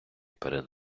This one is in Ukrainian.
перед